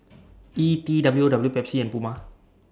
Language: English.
E T W O W Pepsi and Puma